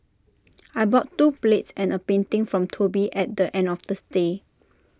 I bought two plates and A painting from Toby at the end of the stay